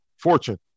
Fortune